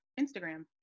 Instagram